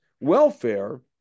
Welfare